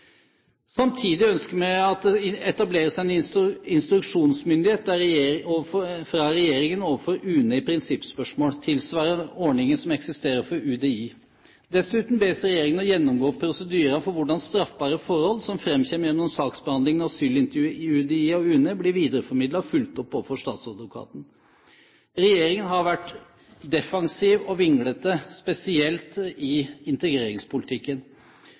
Samtidig ønsker vi at det etableres en instruksjonsmyndighet fra regjeringen overfor UNE i prinsippspørsmål, tilsvarende ordningen som eksisterer for UDI. Dessuten bes regjeringen å gjennomgå prosedyrene for hvordan straffbare forhold som framkommer gjennom saksbehandlingen og asylintervju i UDI og UNE, blir videreformidlet og fulgt opp overfor statsadvokaten. Regjeringen har vært defensiv og vinglete, spesielt i integreringspolitikken.